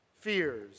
Fears